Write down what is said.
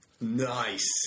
Nice